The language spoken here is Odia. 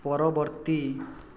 ପରବର୍ତ୍ତୀ